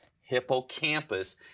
hippocampus